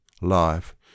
life